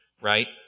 right